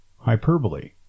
hyperbole